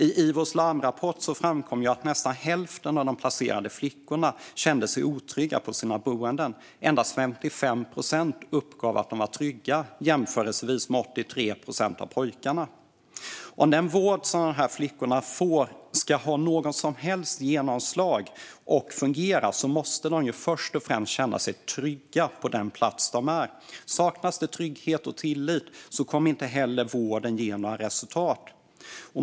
I Ivos larmrapport framkommer att nästan hälften av de placerade flickorna kände sig otrygga på sina boenden. Endast 55 procent av flickorna uppgav att de kände sig trygga, medan motsvarande siffra för pojkarna var 83 procent. Om den vård som dessa flickor får ska ha något som helst genomslag och fungera måste de först och främst känna sig trygga på den plats de befinner sig på. Saknas det trygghet och tillit kommer vården inte att ge några resultat.